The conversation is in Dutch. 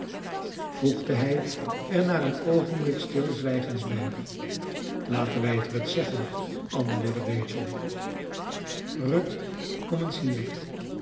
voegde hij er na een oogenblik stilzwijgens bij laten wij het ruth zeggen antwoordde rachel ruth kom eens hier